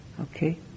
Okay